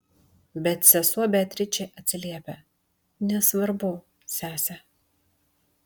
bet sesuo beatričė atsiliepia nesvarbu sese